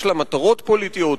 יש לה מטרות פוליטיות.